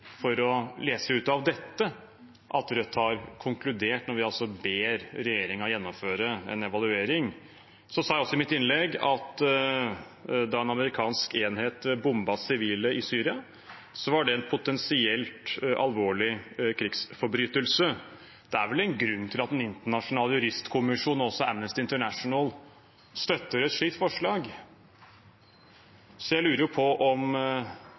for å lese ut av dette at Rødt har konkludert, når vi altså ber regjeringen gjennomføre en evaluering. Jeg sa også i mitt innlegg at da en amerikansk enhet bombet sivile i Syria, var det en potensielt alvorlig krigsforbrytelse. Det er vel en grunn til at Den internasjonale juristkommisjon og også Amnesty International støtter et slikt forslag. Så jeg lurer jo på om